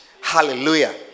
Hallelujah